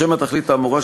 לשם התכלית האמורה,